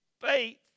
Faith